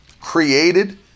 Created